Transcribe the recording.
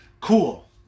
Cool